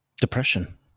depression